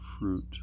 fruit